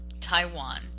Taiwan